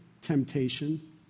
temptation